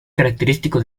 característico